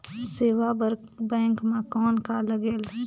सेवा बर बैंक मे कौन का लगेल?